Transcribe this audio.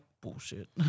bullshit